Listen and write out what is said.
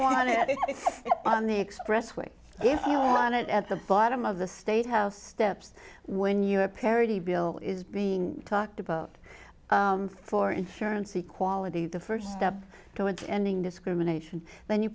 bush on the expressway if you want it at the bottom of the state house steps when you have parity bill is being talked about for insurance equality the first step towards ending discrimination when you